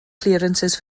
clearances